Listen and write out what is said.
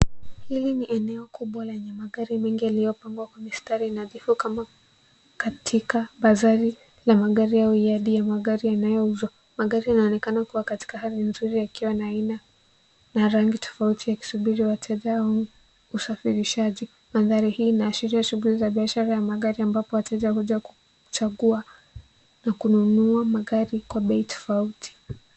Hili ni eneo kubwa lenye maari mengi yaliyopangwa kwenye mistari nadhifu kama katika bazari ya magari au yadi ya magari yanayouzwa. Magari yanaonekana kuwa katika hali nzuri yakiwa na aina narangi tofauti yakusubiri wateja au usafirishaji. Mandhari hii inaashiria shughuli za biashara ya magari ambapo wateja huja kuchagua na kununua magari kwa bei tofauti.